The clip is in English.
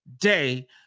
day